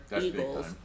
Eagles